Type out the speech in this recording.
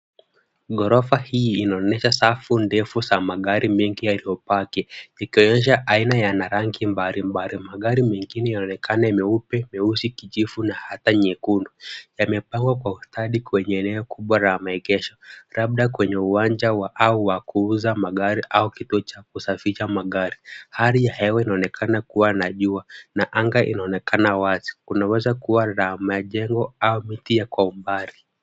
Ghorofa hii inaonyesha safu ndefu za magari mengi yaliyopaki ikionyesha aina na rangi mbalimbali. Magari mengine inaonekana meupe, meusi, kijivu na hata nyekundu. Yamepangwa kwa ustadi kwenye eneo kubwa la maegesho labda kwenye uwanja au wa kuuza magari au kituo cha kusafisha magari. Hali ya hewa inaonekana kuwa na jua na anga inaonekana wazi. Kunaweza kuwa la majengo au miti kwa umbali.